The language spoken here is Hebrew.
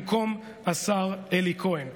במקום השר אלי כהן.